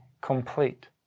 complete